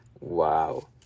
Wow